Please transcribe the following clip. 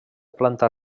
planta